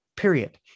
period